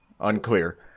Unclear